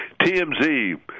TMZ